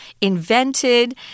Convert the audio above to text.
invented